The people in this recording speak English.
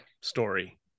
story